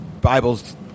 Bibles